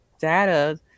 data